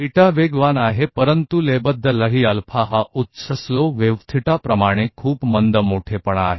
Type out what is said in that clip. beta तेजी से बहुत धीमा आयाम है लयबद्ध लहर की तरह अल्फा उच्च धीमी तरंग थीटा हैं